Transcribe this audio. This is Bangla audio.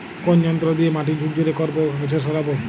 কোন যন্ত্র দিয়ে মাটি ঝুরঝুরে করব ও আগাছা সরাবো?